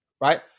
right